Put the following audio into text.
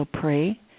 pray